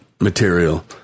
material